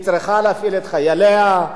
היא צריכה להפעיל את חייליה.